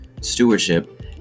stewardship